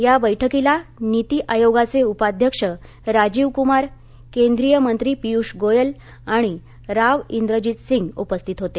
या बैठकीला नीती आयोगाचे उपाध्यक्ष राजीव कुमार केंद्रीय मंत्री पियूष गोयल आणि राव विजीत सिंग उपस्थित होते